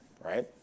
right